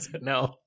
No